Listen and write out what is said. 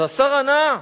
אז השר ענה: